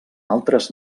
altres